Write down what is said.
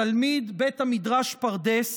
תלמיד בית המדרש פרדס